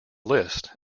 list